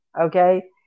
okay